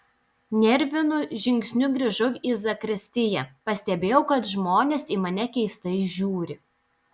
nervinu žingsniu grįžau į zakristiją pastebėjau kad žmonės į mane keistai žiūri